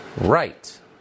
Right